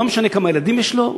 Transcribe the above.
לא משנה כמה ילדים יש לו,